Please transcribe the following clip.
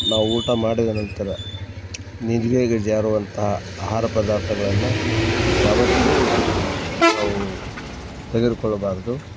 ನಾವು ಊಟ ಮಾಡಿದ ನಂತರ ನಿದ್ರೆಗೆ ಜಾರುವಂತಹ ಆಹಾರ ಪದಾರ್ಥಗಳನ್ನು ಯಾವತ್ತಿಗೂ ನಾವು ತೆಗೆದುಕೊಳ್ಳಬಾರದು